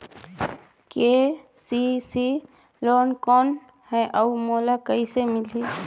KCC loan कौन हे अउ मोला कइसे मिलही?